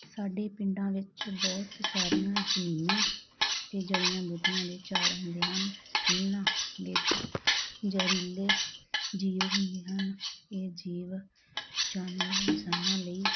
ਸਾਡੇ ਪਿੰਡਾਂ ਵਿੱਚ ਬਹੁਤ ਸਾਰੀਆਂ ਜ਼ਮੀਨਾਂ ਅਤੇ ਜੜੀਆਂ ਬੂਟੀਆਂ ਦੇ ਝਾੜ ਹੁੰਦੇ ਹਨ ਇਹਨਾਂ ਵਿੱਚ ਜ਼ਹਿਰੀਲੇ ਜੀਵ ਹੁੰਦੇ ਹਨ ਇਹ ਜੀਵ ਜਾਨਵਰ ਇਨਸਾਨਾਂ ਲਈ